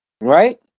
right